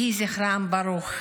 יהי זכרם ברוך.